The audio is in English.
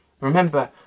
remember